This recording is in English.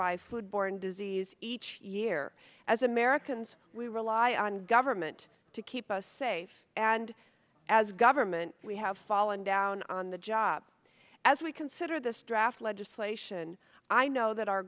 by food borne disease each year as americans we rely on government to keep us safe and as government we have fallen down on the job as we consider this draft legislation i know that our